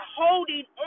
holding